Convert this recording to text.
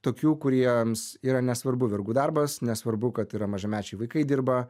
tokių kuriems yra nesvarbu vergų darbas nesvarbu kad yra mažamečiai vaikai dirba